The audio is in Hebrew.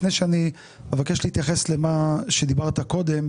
לפני שאני אבקש להתייחס למה שדיברת קודם,